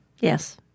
Yes